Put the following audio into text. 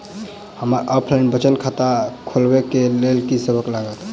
हमरा ऑफलाइन बचत खाता खोलाबै केँ लेल की सब लागत?